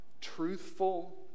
truthful